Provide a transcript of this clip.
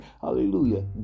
hallelujah